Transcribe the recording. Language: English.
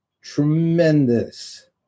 tremendous